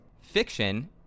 fiction